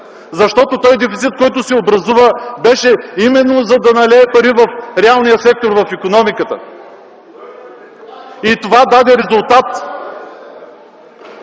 защото дефицитът, който се образува, беше именно, за да налее реални пари в икономиката. И това даде резултат.